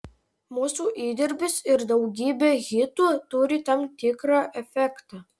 mūsų įdirbis ir daugybė hitų turi tam tikrą efektą